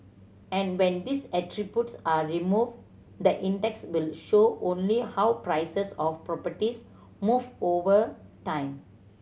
and when these are removed the index will show only how prices of properties move over time